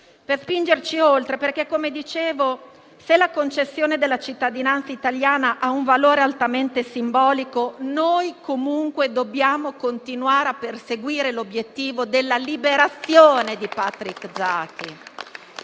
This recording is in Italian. per spingerci oltre. Infatti, se la concessione della cittadinanza italiana ha un valore altamente simbolico, comunque dobbiamo continuare a perseguire l'obiettivo della liberazione di Patrick Zaki.